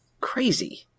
crazy